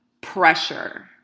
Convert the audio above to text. pressure